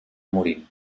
morint